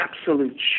absolute